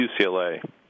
UCLA